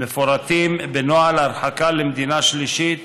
מפורטים בנוהל הרחקה למדינה שלישית